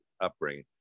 upbringing